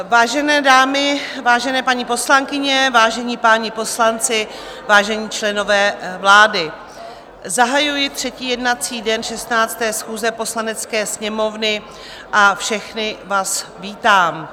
Vážené dámy, vážené paní poslankyně, vážení páni poslanci, vážení členové vlády, zahajuji třetí jednací den 16. schůze Poslanecké sněmovny a všechny vás vítám.